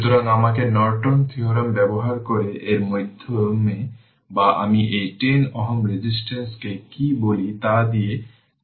সুতরাং ফিলোসফি একই থাকবে যেমন এটি একটি ইন্ডাক্টর তাই আমাদের দেখতে হবে এটি কীভাবে ঘটে